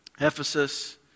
Ephesus